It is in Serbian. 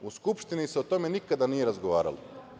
U Skupštini se o tome nikada nije razgovaralo.